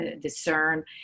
discern